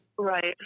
Right